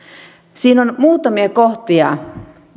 siinä on muutamia kohtia